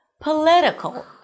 POLITICAL